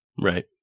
Right